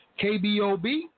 KBOB